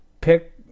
pick